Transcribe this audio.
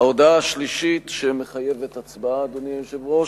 ההודעה השלישית, שמחייבת הצבעה, אדוני היושב-ראש: